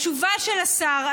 התשובה של השר,